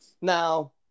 Now